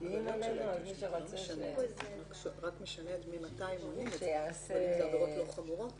אלא אם כן אתם יכולים לעשות חקירות אחרות שלא קשורות אליו.